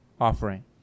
offering